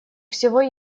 всего